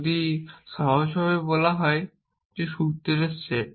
যদি সহজভাবে বলা হয় যে সূত্রের সেট